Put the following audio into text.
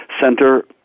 center